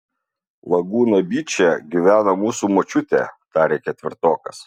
lagūna byče gyvena mūsų močiutė tarė ketvirtokas